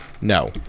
No